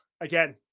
again –